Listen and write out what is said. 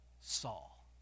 Saul